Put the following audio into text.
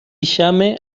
llame